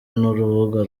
n’urubuga